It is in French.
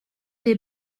des